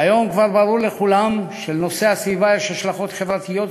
והיום כבר ברור לכולם שלנושאי סביבה יש השלכות חברתיות,